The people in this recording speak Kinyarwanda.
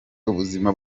ubuzima